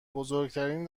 بزرگترین